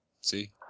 See